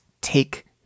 take